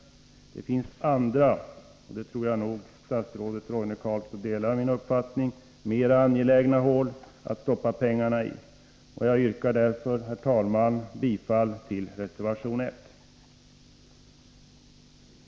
Det finns andra och — den uppfattningen tror jag nog att statsrådet Roine Carlsson delar — mera angelägna hål att stoppa pengarna i. Jag yrkar därför, herr talman, bifall till reservation 1.